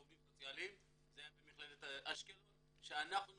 לעובדים סוציאליים במכללת אשקלון שאנחנו